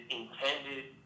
intended